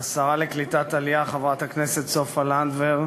שרת העלייה והקליטה חברת הכנסת סופה לנדבר,